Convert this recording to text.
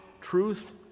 truth